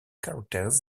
characters